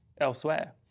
elsewhere